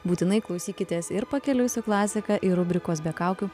būtinai klausykitės ir pakeliui su klasika ir rubrikos be kaukių